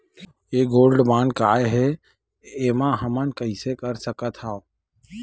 ये gold bond काय ए एमा हमन कइसे कर सकत हव?